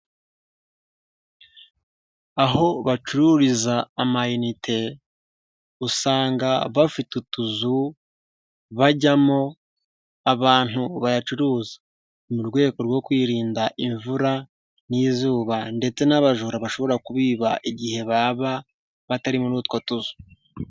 Aho bacururiza amayinite usanga bafite utuzu bajyamo abantu bayacuruza. Mu rwego rwo kwirinda imvura n'izuba ndetse n'abajura bashobora kubiba igihe baba batari muri utwo tuzu.